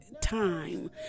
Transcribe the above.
time